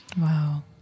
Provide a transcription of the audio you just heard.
Wow